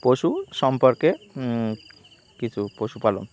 পশু সম্পর্কে কিছু পশুপালন